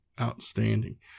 Outstanding